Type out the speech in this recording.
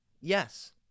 Yes